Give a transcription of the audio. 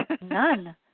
None